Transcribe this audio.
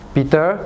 Peter